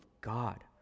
God